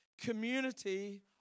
community